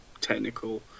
technical